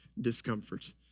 discomfort